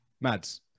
Mads